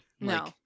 No